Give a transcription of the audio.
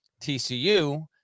TCU